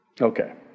Okay